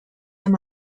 amb